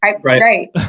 Right